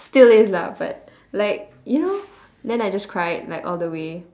still is lah but like you know then I just cried like all the way